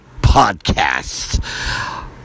podcast